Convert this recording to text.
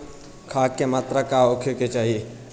खाध के मात्रा का होखे के चाही?